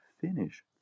finish